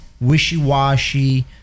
wishy-washy